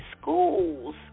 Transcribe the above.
schools